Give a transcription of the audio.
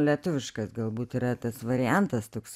lietuviškas galbūt yra tas variantas toks